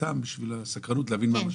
סתם בשביל הסקרנות להבין מה המשמעות.